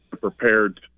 prepared